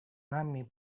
нами